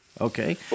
okay